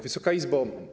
Wysoka Izbo!